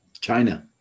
China